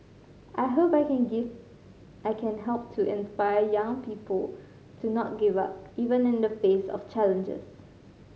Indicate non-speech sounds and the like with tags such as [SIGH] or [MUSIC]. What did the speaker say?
I hope I can [UNINTELLIGIBLE] I can help to inspire young people to not give up even in the face of challenges